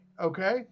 Okay